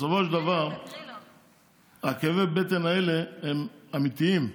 בסופו של דבר כאבי הבטן האלה הם אמיתיים,